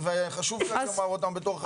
שאלה: ההסדר כרגע לחודש.